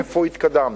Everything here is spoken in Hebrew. איפה התקדמנו,